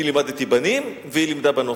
אני לימדתי בנים והיא לימדה בנות.